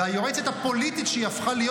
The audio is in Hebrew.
והיועצת הפוליטית שהיא הפכה להיות,